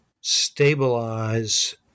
stabilize